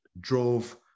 drove